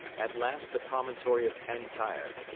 at last the promontory of cantyre,